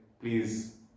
please